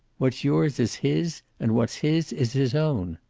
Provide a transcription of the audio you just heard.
what's yours is his and what's his is his own!